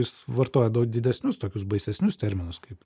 jis vartoja daug didesnius tokius baisesnius terminus kaip